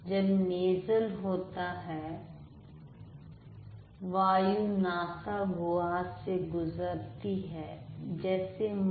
जब नेज़ल होता है वायु नासा गुहा से गुजरती है जैसे म